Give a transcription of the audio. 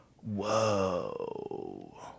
Whoa